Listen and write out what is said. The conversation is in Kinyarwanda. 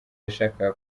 yashakaga